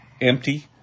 empty